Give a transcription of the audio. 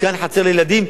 מתקן בחצר לילדים,